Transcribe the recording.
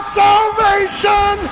salvation